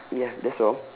ya that's all